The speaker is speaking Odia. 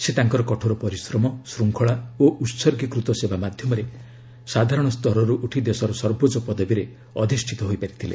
ସେ ତାଙ୍କର କଠୋର ପରିଶ୍ରମ ଶୃଙ୍ଖଳା ଓ ଉତ୍ଗୀକୃତ ସେବା ମାଧ୍ୟମରେ ସାଧାରଣ ସ୍ତରରୁ ଉଠି ଦେଶର ସର୍ବୋଚ୍ଚ ପଦବୀରେ ଅଧିଷ୍ଠିତ ହୋଇପାରିଥିଲେ